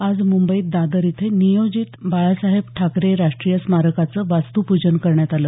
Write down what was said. आज म्ंबईत दादर इथे नियोजित बाळासाहेब ठाकरे राष्ट्रीय स्मारकाचं वास्तुपूजन करण्यात आलं